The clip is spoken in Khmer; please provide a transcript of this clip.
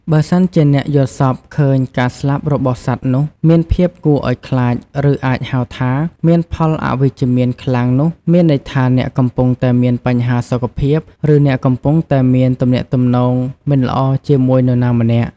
បើសិនជាអ្នកយល់សប្តិឃើញ ការស្លាប់របស់សត្វនោះ មានភាពគួរឲ្យខ្លាចឬអាចហៅថា មានផលអវិជ្ជមានខ្លាំងនោះ មានន័យថាអ្នកកំពុងតែមាន បញ្ហាសុខភាព ឬអ្នកកំពុងតែមានទំនាក់ទំនង មិនល្អជាមួយនរណាម្នាក់។